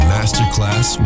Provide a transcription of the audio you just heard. Masterclass